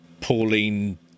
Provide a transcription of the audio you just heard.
Pauline